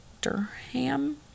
Durham